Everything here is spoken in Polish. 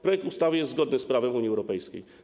Projekt ustawy jest zgodny z prawem Unii Europejskiej.